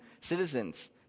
citizens